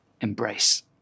embrace